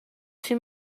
too